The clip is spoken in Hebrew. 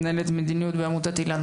מנהלת מדיניות בעמותת איל"ן.